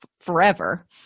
forever